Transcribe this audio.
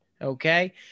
Okay